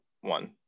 one